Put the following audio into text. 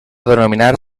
denominar